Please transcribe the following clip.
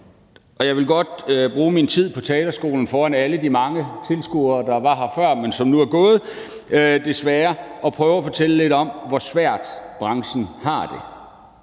Jeg vil godt bruge min tid på talerstolen foran alle de mange tilskuere, der var her før, men som nu er gået, desværre, og prøve at fortælle lidt om, hvor svært branchen har det.